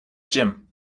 gym